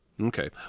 okay